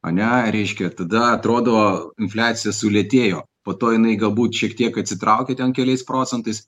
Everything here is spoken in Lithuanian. ane reiškia tada atrodo infliacija sulėtėjo po to jinai galbūt šiek tiek atsitraukė ten keliais procentais